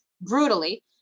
brutally